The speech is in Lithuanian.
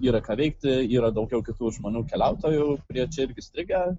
yra ką veikti yra daugiau kitų žmonių keliautojų kurie čia irgi užstrigę